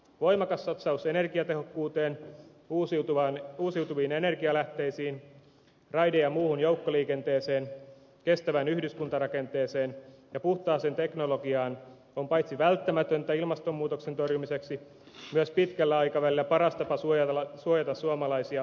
voimakas satsaus energiatehokkuuteen uusiutuviin energialähteisiin raide ja muuhun joukkoliikenteeseen kestävään yhdyskuntarakenteeseen ja puhtaaseen teknologiaan on paitsi välttämätöntä ilmastonmuutoksen torjumiseksi myös pitkällä aikavälillä paras tapa suojata suomalaisia epävakaasta talouskehityksestä